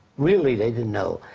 really, they didn't know.